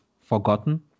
forgotten